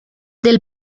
del